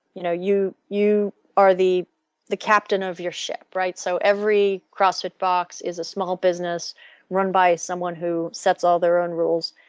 you know you you are the the captain of your ship, right. so every crossfit box is a small business run by someone who sets all their own rules.